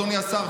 אדוני השר,